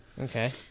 Okay